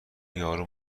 یارو